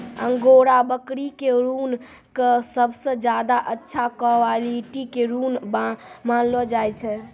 angora बकरी के ऊन कॅ सबसॅ ज्यादा अच्छा क्वालिटी के ऊन मानलो जाय छै